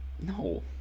No